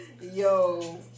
Yo